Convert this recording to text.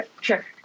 Sure